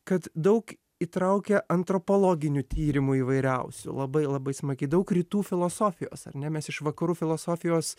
kad daug įtraukia antropologinių tyrimų įvairiausių labai labai smagi daug rytų filosofijos ar ne mes iš vakarų filosofijos